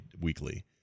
weekly